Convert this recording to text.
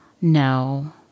no